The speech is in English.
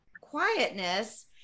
quietness